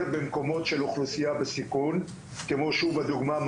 במקומות של אוכלוסייה בסיכון כמו הדוגמה,